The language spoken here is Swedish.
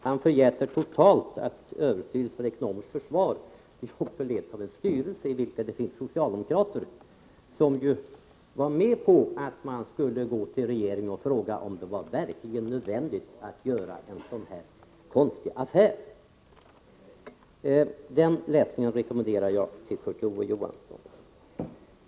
Han förgäter totalt att överstyrelsen för ekonomiskt försvar — som leds av en styrelse i vilken det finns socialdemokrater — var med på att man skulle gå till regeringen och fråga, om det verkligen var nödvändigt att göra en sådan konstig affär. Den läsningen rekommenderar jag Kurt Ove Johansson.